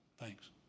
Thanks